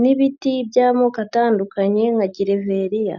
n'ibiti by'amoko atandukanye nka gereveriya.